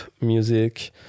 music